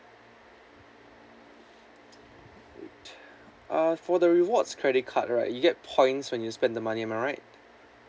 uh for the rewards credit card right you get points when you spend the money am I right